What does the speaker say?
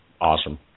awesome